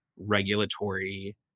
Regulatory